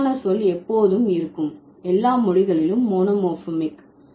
தலைக்கான சொல் எப்போதும் இருக்கும் எல்லா மொழிகளிலும் மோனோமார்பெமிக்